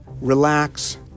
relax